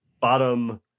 bottom